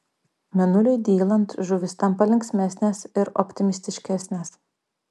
mėnuliui dylant žuvys tampa linksmesnės ir optimistiškesnės